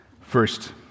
First